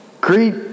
Greet